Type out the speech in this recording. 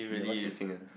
ya what's missing ah